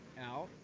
out